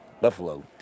Buffalo